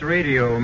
Radio